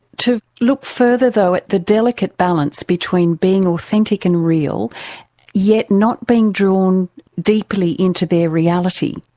to look further though at the delicate balance between being authentic and real yet not being drawn deeply into their reality,